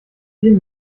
viel